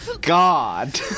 God